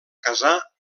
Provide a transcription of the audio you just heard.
casar